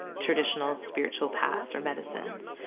traditional spiritual paths or medicines.